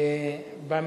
באיזו טייבה אתה?